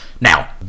Now